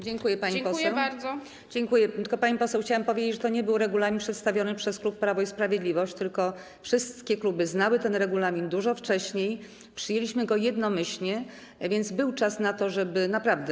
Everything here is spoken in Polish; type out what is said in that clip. Dziękuję, pani poseł, dziękuję, tylko, pani poseł, chciałam powiedzieć, że to nie był regulamin przedstawiony przez klub Prawo i Sprawiedliwość, tylko wszystkie kluby znały ten regulamin dużo wcześniej, przyjęliśmy go jednomyślnie, więc był czas na to, żeby naprawdę.